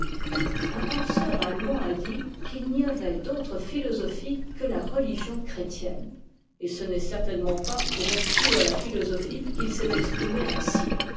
un penseur allemand a dit qu'il m'y avait f k re pm o opke que la religion chrétienne et ce n'est certainement pas pour exclure la philosophie qu'il s'est exprimé ainsi